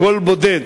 קול בודד,